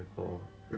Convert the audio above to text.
for